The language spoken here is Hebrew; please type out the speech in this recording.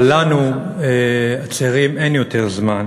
אבל לנו הצעירים אין יותר זמן,